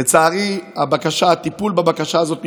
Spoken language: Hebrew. לצערי, הטיפול בבקשה הזאת מתמהמה.